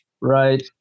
right